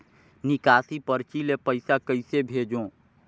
निकासी परची ले पईसा कइसे भेजों?